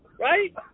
Right